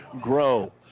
grow